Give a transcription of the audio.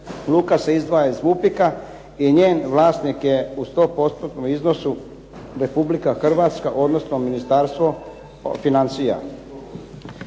luka se izdvaja iz VUPIK-a i njen vlasnik je u sto postotnom iznosu Republika Hrvatska, odnosno Ministarstvo financija.